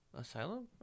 Asylum